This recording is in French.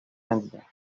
indiens